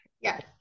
Yes